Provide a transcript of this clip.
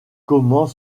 comment